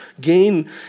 gain